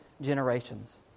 generations